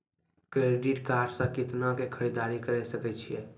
Credit card से कितना के खरीददारी करे सकय छियै?